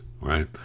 right